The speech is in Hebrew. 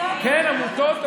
עמותות אירופיות,